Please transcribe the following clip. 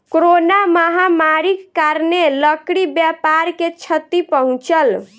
corona महामारीक कारणेँ लकड़ी व्यापार के क्षति पहुँचल